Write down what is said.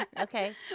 Okay